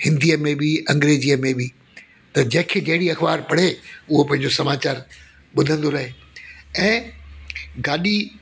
हिंदीअ में बि अंग्रेजीअ में बि त जेके जहिड़ी अख़बारु पढ़े उहो पंहिंजो समाचार ॿुधंदो रहे ऐं गाॾी